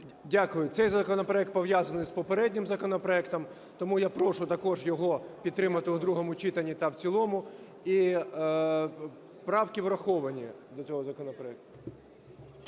Дякую. Цей законопроект пов'язаний з попереднім законопроектом, тому я прошу також його підтримати в другому читанні та в цілому. І правки враховані до цього законопроекту.